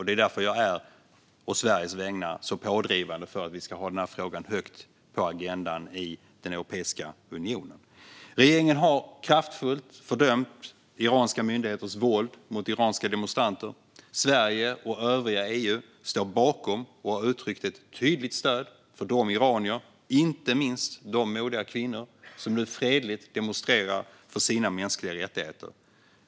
Det är därför jag å Sveriges vägnar är så pådrivande för att vi ska ha frågan högt på agendan i Europeiska unionen. Regeringen har kraftfullt fördömt iranska myndigheters våld mot iranska demonstranter. Sverige och övriga EU står bakom och har uttryckt ett tydligt stöd för de iranier, inte minst de modiga kvinnor, som nu fredligt demonstrerar för sina mänskliga rättigheter.